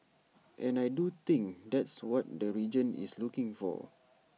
and I do think that's what the region is looking for